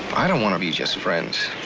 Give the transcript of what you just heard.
i don't wanna be just friends.